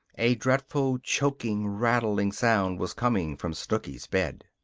a dreadful choking, rattling sound was coming from snooky's bed.